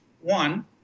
one